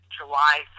July